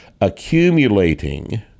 accumulating